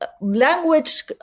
language